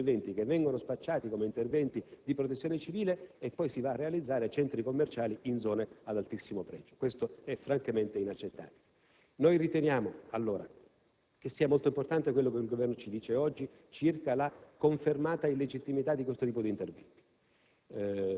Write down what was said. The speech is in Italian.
di fare interventi che vengono spacciati come opere di protezione civile per poi realizzare centri commerciali in zone ad altissimo pregio: questo è francamente inaccettabile. Riteniamo, allora, molto importante quanto ci dice oggi il Governo circa la confermata illegittimità di questo tipo di interventi.